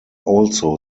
also